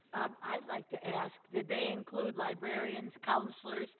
um i'd like to ask, did they include librarians, counselors,